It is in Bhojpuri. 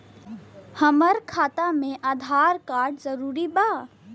हमार खाता में आधार कार्ड जरूरी बा?